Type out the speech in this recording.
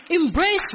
Embrace